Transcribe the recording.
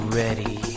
ready